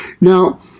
Now